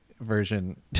version